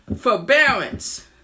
forbearance